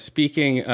Speaking